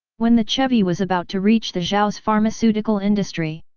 when the chevy was about to reach the zhao's pharmaceutical industry.